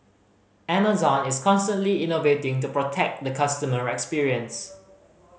Amazon is constantly innovating to protect the customer experience